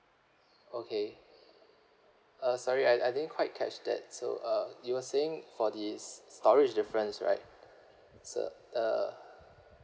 okay uh sorry I I didn't quite catch that so uh you were saying for the storage difference right it's uh the